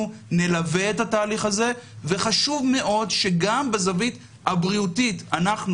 אנחנו נלווה את התהליך הזה וחושב מאוד שגם בזווית הבריאותית אנחנו,